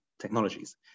technologies